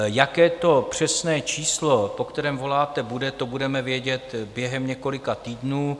Jaké to přesné číslo, po kterém voláte, bude, to budeme vědět během několika týdnů.